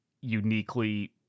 uniquely